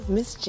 Miss